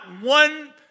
one